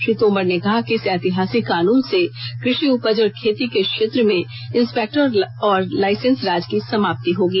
श्री तोमर ने कहा कि इस ऐतिहासिक कानून से कृषि उपज और खेती के क्षेत्र में इंस्पेक्टर और लाइसेंस राज की समाप्ति होगी